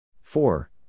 four